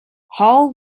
hall